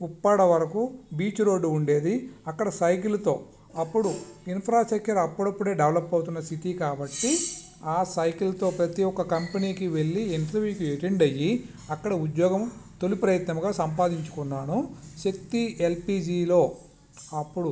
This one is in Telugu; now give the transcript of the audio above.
ఉప్పాడ వరకు బీచ్ రోడ్డు ఉండేది అక్కడ సైకిల్ తో అప్పుడు ఇన్ఫ్రాస్ట్రక్చర్ అప్పుడప్పుడే డెవలప్ అవుతున్న సిటీ కాబట్టి ఆ సైకిల్తో ప్రతి ఒక్క కంపెనీకి వెళ్ళి ఇంటర్వ్యూకి అటెండ్ అయ్యి అక్కడ ఉద్యోగం తొలి ప్రయత్నంగా సంపాదించుకున్నాను శక్తి ఎల్పీజీలో అప్పుడు